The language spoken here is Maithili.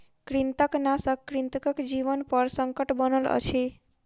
कृंतकनाशक कृंतकक जीवनपर संकट बनल अछि